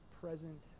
present